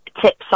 tips